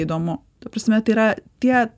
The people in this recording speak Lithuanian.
įdomu ta prasme tai yra tie